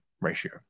ratio